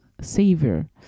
savior